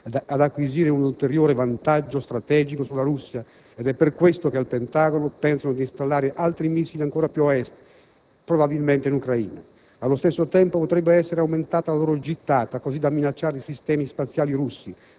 ad acquisire un ulteriore vantaggio strategico sulla Russia ed è per questo che al Pentagono pensano di installare altri missili ancora più a est, probabilmente in Ucraina. Allo stesso tempo potrebbe essere aumentata la loro gittata, così da minacciare i sistemi spaziali russi,